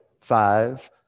five